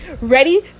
ready